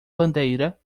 bandeira